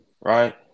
right